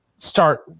Start